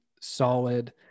solid